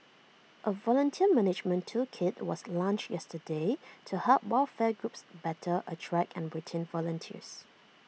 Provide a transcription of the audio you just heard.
A volunteer management toolkit was launched yesterday to help welfare groups better attract and retain volunteers